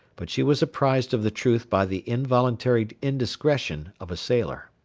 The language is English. but she was apprised of the truth by the involuntary indiscretion of a sailor.